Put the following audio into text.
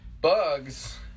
bugs